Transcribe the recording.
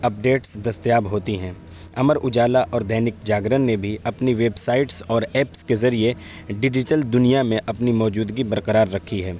اپ dates دستیاب ہوتی ہیں امر اجالا اور دینک جاگرن نے بھی اپنی ویب سائٹس اور ایپس کے ذریعے ڈیجیٹل دنیا میں اپنی موجودگی برقرار رکھی ہے